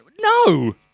No